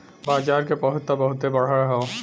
बाजार के पहुंच त बहुते बढ़ल हौ